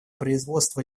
производство